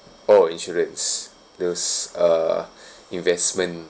orh insurance those uh investment